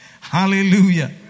Hallelujah